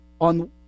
on